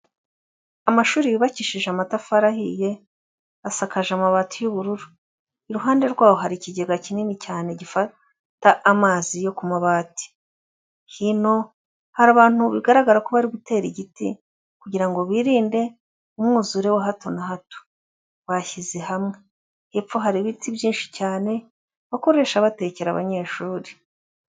Amashuri yubakishije amatafari ahiye, asakaje amabati y'ubururu, iruhande rwaho hari ikigega kinini cyane gifata amazi yo ku mabati, hino, hari abantu bigaragara ko bari gutera igiti, kugira ngo birinde umwuzure wa hato na hato, bashyize hamwe, hepfo hari ibiti byinshi cyane, bakoresha batekera abanyeshuri.